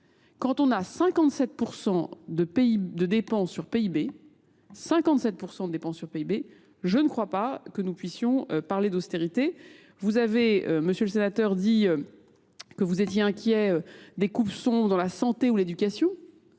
sur PIB, 57% de dépenses sur PIB, je ne crois pas que nous puissions parler d'austérité. Vous avez, monsieur le sénateur, dit que vous étiez inquiet des coupsons dans la santé ou l'éducation.